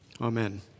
Amen